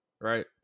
Right